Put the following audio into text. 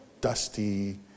Dusty